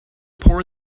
pour